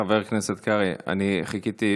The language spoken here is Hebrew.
חבר הכנסת קרעי, אני חיכיתי.